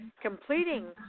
completing